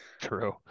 true